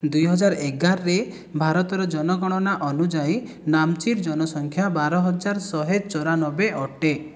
ଦୁଇହଜାର ଏଗାରରେ ଭାରତର ଜନଗଣନା ଅନୁଯାୟୀ ନାମ୍ଚିର ଜନସଂଖ୍ୟା ବାରହଜାର ଶହେ ଚଉରାନବେ ଅଟେ